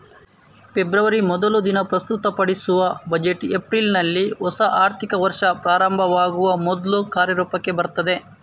February ಮೊದಲ ದಿನ ಪ್ರಸ್ತುತಪಡಿಸುವ ಬಜೆಟ್ ಏಪ್ರಿಲಿನಲ್ಲಿ ಹೊಸ ಆರ್ಥಿಕ ವರ್ಷ ಪ್ರಾರಂಭವಾಗುವ ಮೊದ್ಲು ಕಾರ್ಯರೂಪಕ್ಕೆ ಬರ್ತದೆ